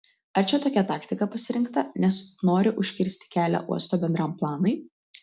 ar čia tokia taktika pasirinkta nes nori užkirsti kelią uosto bendram planui